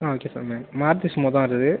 ah okay fine ma'am